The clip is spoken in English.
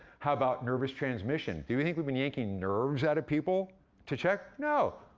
how about nervous transmission? do you think we've been yanking nerves out of people to check? no,